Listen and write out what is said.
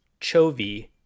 Chovy